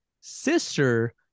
sister